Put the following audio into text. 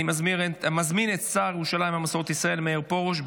אני מזמין את השר לירושלים ומסורת ישראל מאיר פורוש,